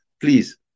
Please